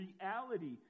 reality